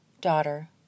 daughter